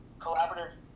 collaborative